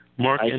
Mark